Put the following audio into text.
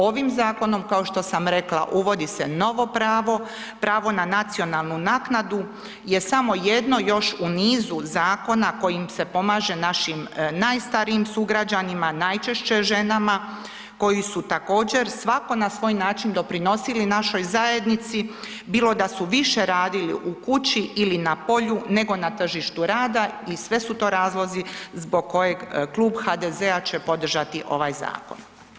Ovim zakonom, kao što sam rekla, uvodi se novo pravo, pravo na nacionalnu naknadu je samo jedno još u nizu zakona kojim se pomaže našim najstarijim sugrađanima, najčešće ženama koji su također svako na svoj način doprinosili našoj zajednici, bilo da su više radili u kući ili na polju, nego na tržištu rada i sve su to razlozi zbog kojeg Klub HDZ-a će podržati ovaj zakon.